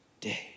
day